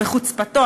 בחוצפתו,